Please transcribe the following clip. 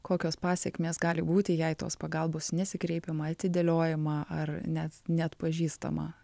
kokios pasekmės gali būti jei tos pagalbos nesikreipiama atidėliojama ar net neatpažįstama